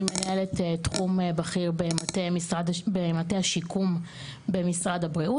אני מנהלת תחום בכיר במטה השיקום במשרד הבריאות.